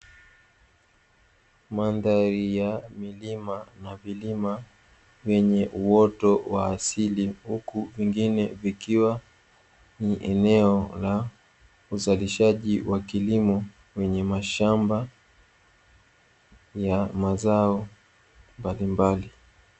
Mandhari ya milima na vilima vyenye uoto wa asili huku vingine vikiwa ni eneo la uzalishaji wa kilimo, lenye mashamba yenye mazao mbalimbali.